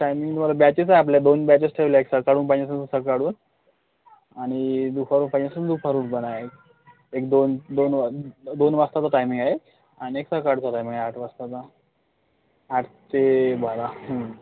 timing वगैरे batches आहे आपल्या दोन बॅचेस ठेवल्या एक सकाळून पाहिजे असेल तर सकाळून आणि दुपारून पाहिजे असेल तर दुपारून पण आहे एक दोन दोन व दोन वाजताचा टाइमिंग आहे आणि एक सकाळचा टाइमिंग आहे आठ वाजताचा आठ ते बारा हं